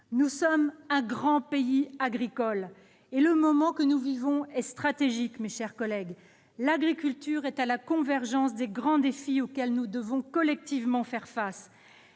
Nous sommes un grand pays agricole et le moment que nous vivons est stratégique, mes chers collègues. L'agriculture est à la convergence des grands défis auxquels nous devons collectivement faire face.